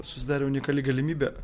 susidarė unikali galimybė